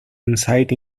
insight